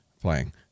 playing